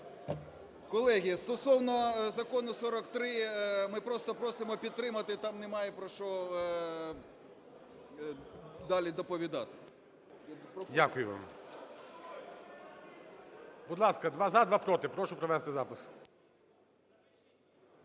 Колеги, стосовно закону 43, ми просто просимо підтримати, там немає про що далі доповідати. ГОЛОВУЮЧИЙ. Дякую вам. Будь ласка: два – за, два – проти. Прошу провести запис.